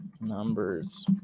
Numbers